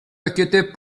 inquiétez